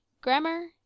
grammar